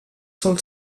sol